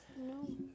No